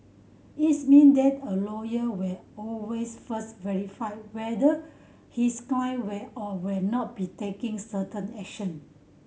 it's mean that a lawyer will always first verify whether his client will or will not be taking certain action